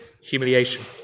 humiliation